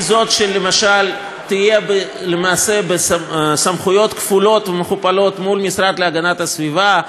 שלמשל יהיו לה למעשה סמכויות כפולות ומכופלות מול המשרד להגנת הסביבה.